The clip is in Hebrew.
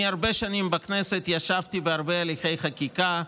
אני הרבה שנים בכנסת, ישבתי בהרבה הליכי חקיקה,